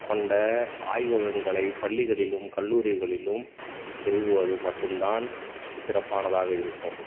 கொண்ட ஆய்வகங்களை பள்ளிகளிலும் கல்லூரிகளிலும் நிறுவுவது மட்டும்தான் சிறப்பானதாக இருக்கும்